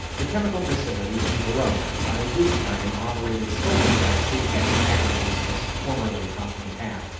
the chemical facility in verona, by this time operated solely by syntex agribusiness formerly hoffman-taff,